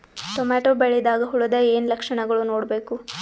Tomato ಬೆಳಿದಾಗ್ ಹುಳದ ಏನ್ ಲಕ್ಷಣಗಳು ನೋಡ್ಬೇಕು?